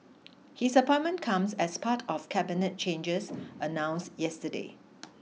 his appointment comes as part of Cabinet changes announced yesterday